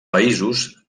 països